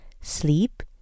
sleep